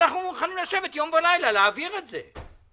אנחנו מוכנים לשבת יום ולילה בשביל להעביר את זה.